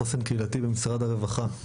מפקח ארצי לחוסן קהילתי במשרד הרווחה.